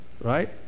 right